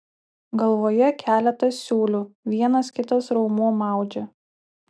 galvoje keletas siūlių vienas kitas raumuo maudžia